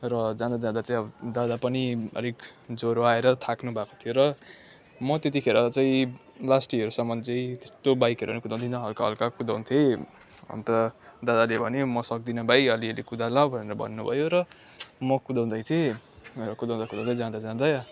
र जाँदा जाँदा चाहिँ अब दादा पनि अलिक ज्वरो आएर थाक्नुभएको थियो र म त्यतिखेर चाहिँ लास्ट इयरसम्म चाहिँ त्यस्तो बाइकहरू पनि कुदाउँदिनँ हलका हलका कुदाउँथेँ अन्त दादाले भन्यो म सक्दिनँ भाइ अलिअलि कुदा ल भनेर भन्नुभयो र म कुदाउँदै थिएँ र कुदाउँदा कुदाउँदै जाँदा जाँदै